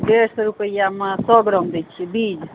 डेढ़ सए रुपैआमे दै छियै सए ग्राम बीज